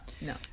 No